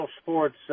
sports